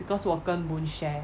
because 我跟 boon share